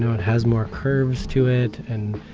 it has more curves to it and